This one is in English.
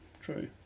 true